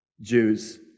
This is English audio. Jews